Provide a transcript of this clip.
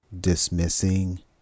dismissing